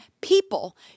people